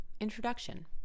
Introduction